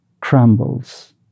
crumbles